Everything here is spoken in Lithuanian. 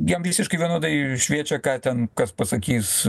jam visiškai vienodai šviečia ką ten kas pasakys